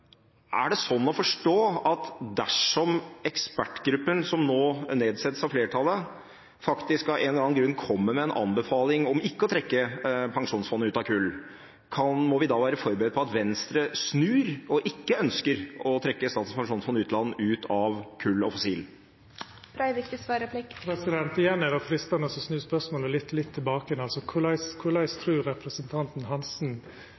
Er det sånn å forstå at dersom ekspertgruppen som nå nedsettes av flertallet, faktisk av en eller annen grunn kommer med en anbefaling om ikke å trekke Pensjonsfondet ut av kull, må vi da være forberedt på at Venstre snur og ikke ønsker å trekke Statens pensjonsfond utland ut av kull og fossil? Igjen er det freistande å snu spørsmålet litt tilbake igjen: